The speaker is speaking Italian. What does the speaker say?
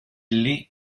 lee